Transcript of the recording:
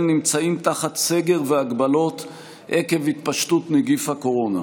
נמצאים תחת סגר והגבלות עקב התפשטות נגיף הקורונה.